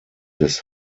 des